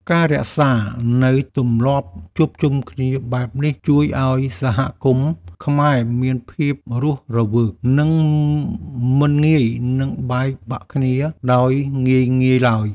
ការរក្សានូវទម្លាប់ជួបជុំគ្នាបែបនេះ ជួយឱ្យសហគមន៍ខ្មែរមានភាពរស់រវើក និងមិនងាយនឹងបែកបាក់គ្នាដោយងាយៗឡើយ។